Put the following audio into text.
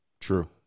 True